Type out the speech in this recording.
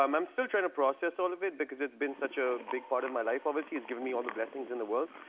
um i'm still so trying to process all of it, because it's been such a big part of my life, obviously. it's given me all the blessings in the world.